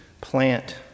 plant